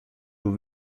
doe